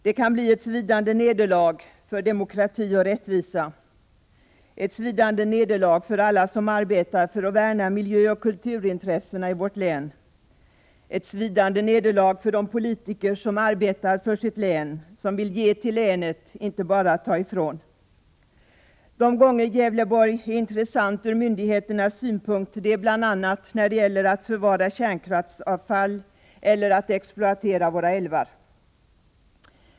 Det kan bli ett svidande nederlag för demokrati och rättvisa, ett svidande nederlag för alla dem som arbetar för att värna miljöoch kulturintressena i vårt län, ett svidande nederlag för de politiker som arbetar för sitt län och som vill ge till länet, inte bara ta ifrån. De gånger Gävleborg är intressant ur myndigheternas synpunkt är bl.a. när det gäller att förvara kärnkraftsavfall eller att exploatera våra älvar.